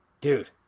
dude